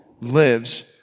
lives